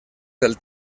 del